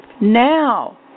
now